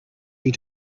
you